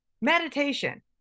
Meditation